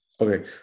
okay